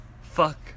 fuck